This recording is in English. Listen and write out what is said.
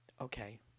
Okay